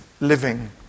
living